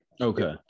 Okay